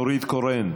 נורית קורן,